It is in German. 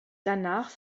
danach